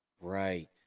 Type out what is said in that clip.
Right